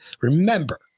remember